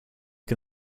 can